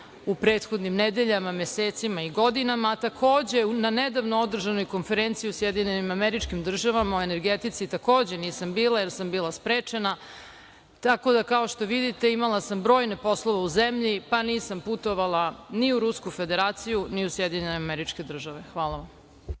u prethodnim nedeljama, mesecima i godinama, a takođe, na nedavno održanoj konferenciji u SAD o energetici takođe nisam bila, jer sam bila sprečena, tako da kao što vidite, imala sam brojne poslove u zemlji, pa nisam putovala ni u Rusku Federaciju, ni u SAD. Hvala vam.